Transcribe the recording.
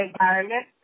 environment